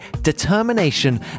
determination